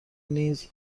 نیز